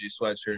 sweatshirt